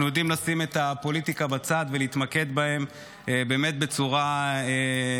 אנחנו יודעים לשים את הפוליטיקה בצד ולהתמקד בהם בצורה אחראית.